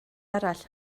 arall